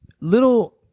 little